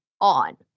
on